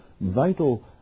vital